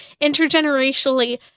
intergenerationally